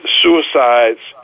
suicides